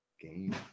game